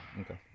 Okay